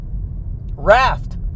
raft